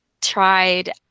tried